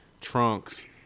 Trunks